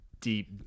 deep